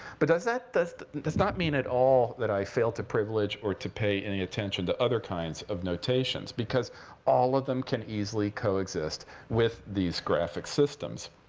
but that does does not mean at all that i fail to privilege or to pay any attention to other kinds of notations. because all of them can easily co-exist with these graphic systems,